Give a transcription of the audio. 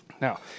Now